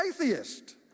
atheist